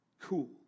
cool